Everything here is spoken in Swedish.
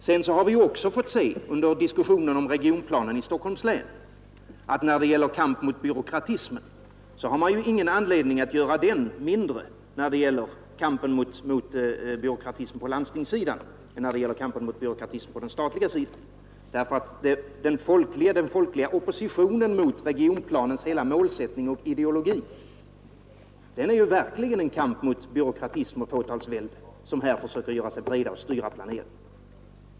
Vidare har vi fått se under diskussionen om regionplanen i Stockholms län att det inte finns anledning att föra kampen mot byråkratismen mindre när det gäller byråkratismen på landstingssidan än när det gäller byråkratismen på den statliga sidan. Den folkliga oppositionen mot regionplanens hela målsättning och ideologi är verkligen en kamp mot byråkratism och fåtalsvälde som här försöker göra sig breda och styra planeringen.